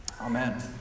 Amen